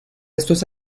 estos